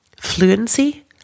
fluency